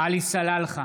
עלי סלאלחה,